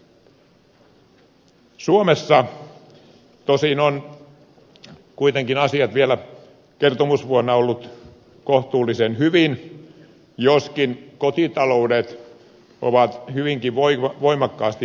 suomessa tosin ovat asiat kuitenkin vielä kertomusvuonna olleet kohtuullisen hyvin joskin kotitaloudet ovat hyvinkin voimakkaasti velkaantuneet